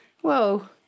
Whoa